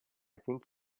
think